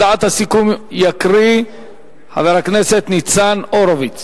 את הודעת הסיכום יקריא חבר הכנסת ניצן הורוביץ.